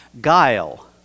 guile